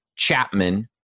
Chapman